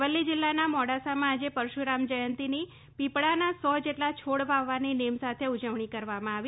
અરવલ્લી જિલ્લાના મોડાસામાં આજે પરશુરામ જયંતીની પીપળાના સો જેટલા છોડ વાવવાની નેમ સાથે ઉજવણી કરવામાં આવી